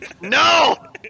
No